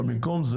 אבל במקום זה,